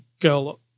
girl